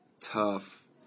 tough